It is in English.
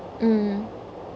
mm